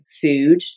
food